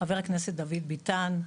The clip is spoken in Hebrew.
חבר הכנסת דוד ביטן,